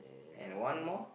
and one more